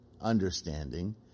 understanding